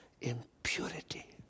impurity